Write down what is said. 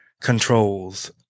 controls